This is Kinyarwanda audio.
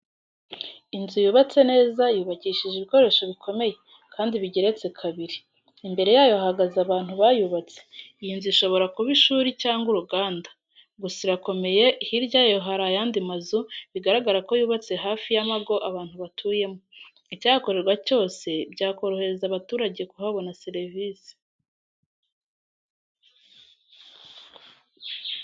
Inzu yubatse neza yubakishije ibikoresho bikomeye, kandi bigeretse kabiri, imbere yayo hahagaze abantu bayubatse, iyi nzu ishobora kuba ishuri cyangwa uruganda. Gusa irakomeye, hirya yayo hari ayandi mazu, bigaragara ko yubatse hafi y'amago abantu batuyemo. Icyahakorerwa cyose, byakorohereza abaturage kuhabona serivise.